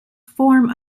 form